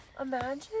Imagine